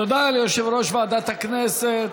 תודה ליושב-ראש ועדת הכנסת